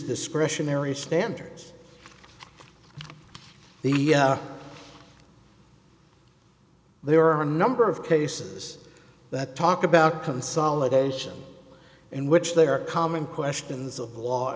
discretionary standards the there are a number of cases that talk about consolidation in which there are common questions of law